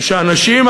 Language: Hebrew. ושהאנשים,